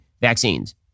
vaccines